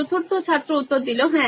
চতুর্থ ছাত্র হ্যাঁ